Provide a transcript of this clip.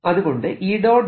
അതുകൊണ്ട് E